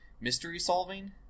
mystery-solving